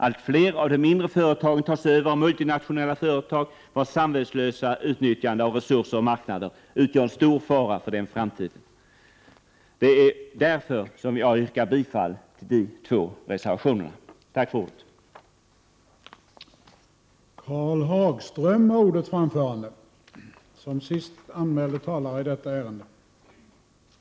Allt fler av de mindre företagen tas över av multinationella företag, vilkas samvetslösa utnyttjande av resurser och marknader utgör en stor fara för framtiden. Det är därför som jag yrkar bifall till de två reservationerna. Tack för ordet.